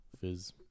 fizz